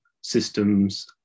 systems